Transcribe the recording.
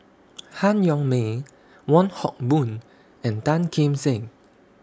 Han Yong May Wong Hock Boon and Tan Kim Seng